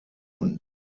und